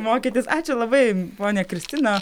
mokytis ačiū labai ponia kristina